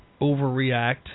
overreact